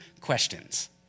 questions